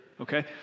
Okay